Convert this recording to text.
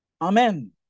Amen